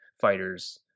fighters